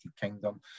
Kingdom